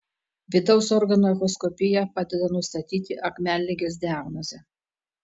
vidaus organų echoskopija padeda nustatyti akmenligės diagnozę